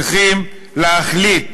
צריכים להחליט: